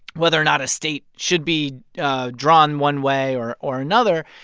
whether or not a state should be drawn one way or or another.